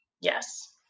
Yes